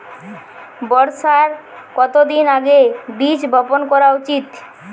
বর্ষার কতদিন আগে বীজ বপন করা উচিৎ?